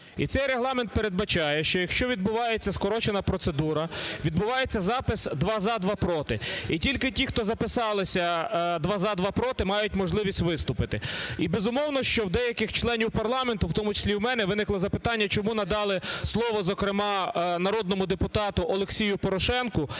І цей Регламент передбачає, що якщо відбувається скорочена процедура, відбувається запис: два – за, два – проти. І тільки ті, хто записалися "два – за, два – проти", мають можливість виступити. І, безумовно, що в деяких членів парламенту, в тому числі, і в мене, виникли запитання, чому надали слово, зокрема, народному депутату Олексію Порошенку